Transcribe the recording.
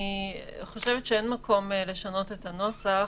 אני חושבת שאין מקום לשנות את הנוסח.